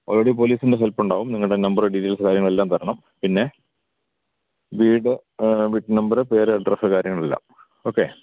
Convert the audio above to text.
already പോലീസിന്റെ help ഉണ്ടാവും നിങ്ങളുടെ നമ്പറ് ഡീറ്റേയ്ൽസ്സ് കാര്യങ്ങളെല്ലാം തരണം പിന്നെ വീട് വീട്ടു നമ്പറ് പേര് അഡ്രസ്സ് കാര്യങ്ങളെല്ലാം ഓക്കേ